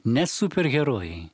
ne superherojai